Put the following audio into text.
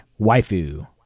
waifu